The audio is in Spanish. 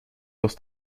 los